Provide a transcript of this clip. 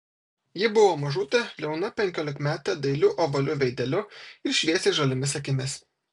ji buvo mažutė liauna penkiolikmetė dailiu ovaliu veideliu ir šviesiai žaliomis akimis